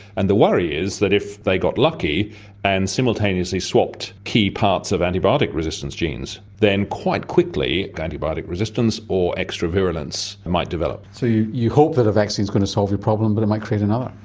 and the worry is that if they got lucky and simultaneously swapped key parts of antibiotic resistance genes, then quite quickly antibiotic resistance, or extra-virulence, might develop. so you hope that a vaccine's going to solve your problem but it might create and um